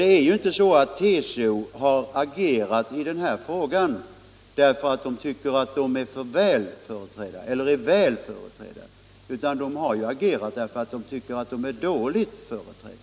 Det är inte så att TCO har agerat i den här frågan därför att man tycker att man är väl företrädd, utan TCO har agerat därför att man tycker att tjänstemännen är dåligt företrädda.